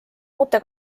uute